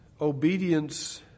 obedience